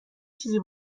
چیزی